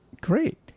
Great